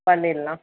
பண்ணிட்லாம்